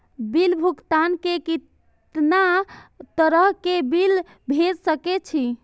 Bill भुगतान में कितना तरह के बिल भेज सके छी?